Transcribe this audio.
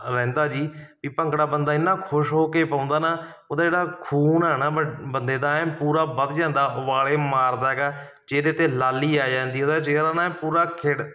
ਰਹਿੰਦਾ ਜੀ ਵੀ ਭੰਗੜਾ ਬੰਦਾ ਇੰਨਾ ਖੁਸ਼ ਹੋ ਕੇ ਪਾਉਂਦਾ ਨਾ ਉਹਦਾ ਜਿਹੜਾ ਖੂਨ ਆ ਨਾ ਬੰ ਬੰਦੇ ਦਾ ਐਨ ਪੂਰਾ ਵੱਧ ਜਾਂਦਾ ਉਬਾਲੇ ਮਾਰਦਾ ਹੈਗਾ ਚਿਹਰੇ 'ਤੇ ਲਾਲੀ ਆ ਜਾਂਦੀ ਉਹਦਾ ਚਿਹਰਾ ਨਾ ਐਂ ਪੂਰਾ ਖਿੜ